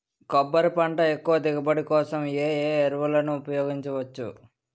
కొబ్బరి పంట ఎక్కువ దిగుబడి కోసం ఏ ఏ ఎరువులను ఉపయోగించచ్చు?